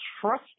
trust